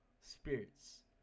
spirits